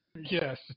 Yes